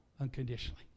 unconditionally